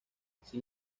sin